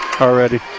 already